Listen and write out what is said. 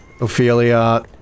Ophelia